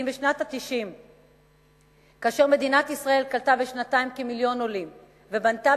אם בשנות ה-90 מדינת ישראל קלטה בשנתיים כמיליון עולים ובנתה